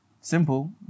Simple